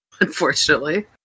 unfortunately